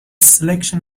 selection